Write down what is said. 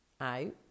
out